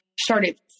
started